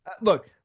look